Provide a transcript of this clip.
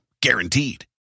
Guaranteed